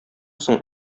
соң